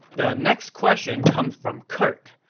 the next question comes from curt,